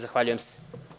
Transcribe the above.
Zahvaljujem se.